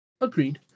Agreed